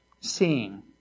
seeing